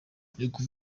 uturutse